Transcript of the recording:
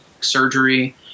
surgery